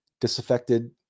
disaffected